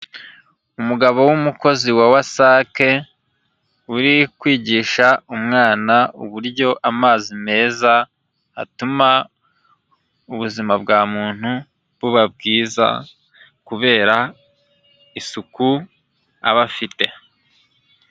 Umugabo w'umukozi wa WASAC uri kwigisha umwana uburyo amazi meza atuma ubuzima bwa muntu buba bwiza, kubera isuku ab’afite.